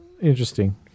interesting